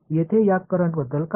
येथे या करंट बद्दल काय